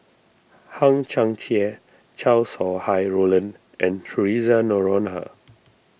Hang Chang Chieh Chow Sau Hai Roland and theresa Noronha